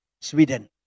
Sweden